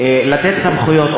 לתת סמכויות,